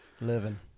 living